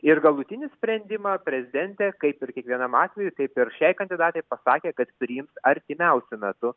ir galutinį sprendimą prezidentė kaip ir kiekvienam atvejui taip ir šiai kandidatei pasakė kad priims artimiausiu metu